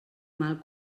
mal